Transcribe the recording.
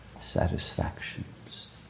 satisfactions